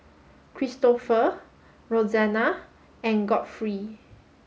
Kristofer Roxanna and Godfrey